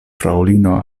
fraŭlino